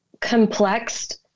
complexed